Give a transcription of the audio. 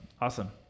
Awesome